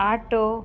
auto